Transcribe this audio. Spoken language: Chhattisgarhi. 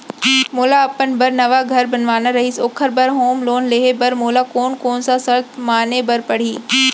मोला अपन बर नवा घर बनवाना रहिस ओखर बर होम लोन लेहे बर मोला कोन कोन सा शर्त माने बर पड़ही?